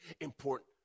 important